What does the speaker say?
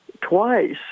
twice